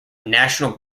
national